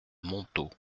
montaut